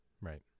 Right